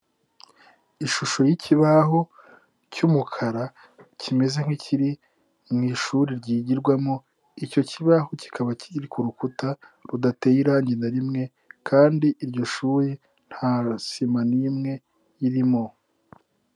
Ishusho y'ikibaho cy'umukara kimeze nk'ikiriri mu ishuri ryigirwamo, icyo kibaho kikaba kiri ku rukuta rudateye irangi na rimwe, kandi iryo shuri nta sima n'imwe irimo.